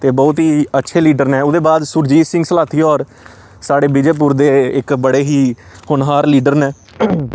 ते बहुत ही अच्छे लीडर न ओह्दे बाद सुरजीत सिंह सलाथिया होर साढ़े विजयपुर दे इक बड़े ही होनहार लीडर न उनें बी काफी कम्म